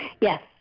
Yes